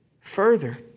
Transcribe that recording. Further